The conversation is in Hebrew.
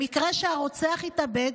במקרה שהרוצח התאבד,